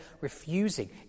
refusing